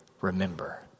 Remember